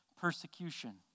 persecution